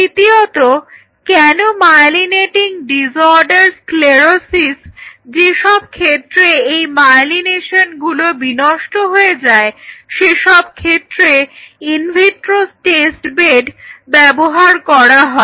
দ্বিতীয়ত কেন myelinating disorder sclerosis যেসব ক্ষেত্রে এই মায়েলিনেশনগুলো বিনষ্ট হয়ে যায় সেসব ক্ষেত্রে ইনভিট্রো টেস্ট বেড ব্যবহার করা হয়